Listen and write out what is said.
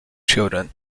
children